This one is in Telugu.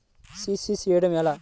సి.సి చేయడము ఎలా?